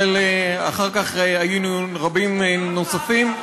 אבל אחר כך היינו רבים נוספים.